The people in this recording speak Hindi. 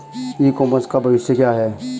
ई कॉमर्स का भविष्य क्या है?